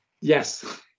Yes